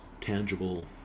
tangible